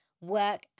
work